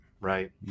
right